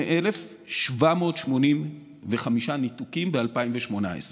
38,785 ניתוקים ב-2018.